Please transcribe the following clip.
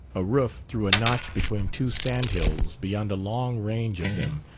a roof through a notch between two sandhills beyond a long range of them,